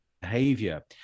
behavior